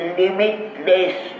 limitless